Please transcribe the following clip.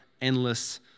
endless